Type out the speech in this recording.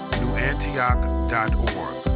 newantioch.org